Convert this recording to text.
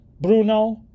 Bruno